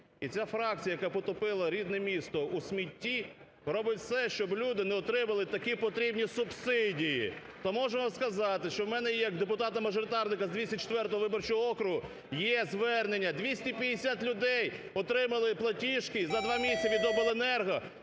І ця фракція, яка потопила рідне місто у смітті, робить все, щоби люди не отримали такі потрібні субсидії. То можу вам сказати, що у мене як депутата мажоритарника з 204 виборчого округу є звернення 250 людей отримали платіжки за два місяці від обленерго